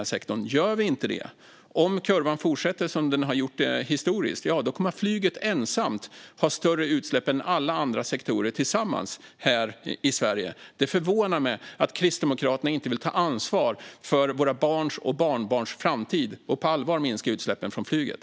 Om vi inte gör det och om kurvan fortsätter i den bana som den historiskt haft kommer flyget att ensamt stå för större utsläpp än alla andra sektorer tillsammans här i Sverige. Det förvånar mig att Kristdemokraterna inte vill ta ansvar för våra barns och barnbarns framtid och på allvar minska utsläppen från flyget.